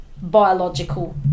biological